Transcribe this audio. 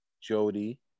Jody